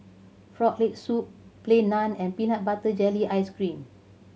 Frog Leg Soup Plain Naan and peanut butter jelly ice cream